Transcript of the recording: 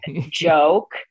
joke